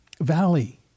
valley